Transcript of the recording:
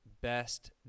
best